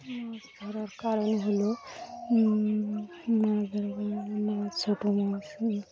মাছ ধরার কারণ হলো মা ধর মা ছোটো মাছ